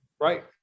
right